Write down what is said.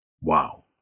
Wow